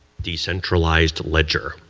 de-centralized ledger,